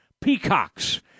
Peacocks